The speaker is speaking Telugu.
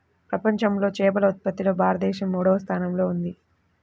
ప్రపంచంలో చేపల ఉత్పత్తిలో భారతదేశం మూడవ స్థానంలో ఉంది